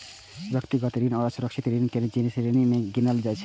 व्यक्तिगत ऋण असुरक्षित ऋण के श्रेणी मे गिनल जाइ छै